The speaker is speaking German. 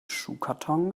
schuhkarton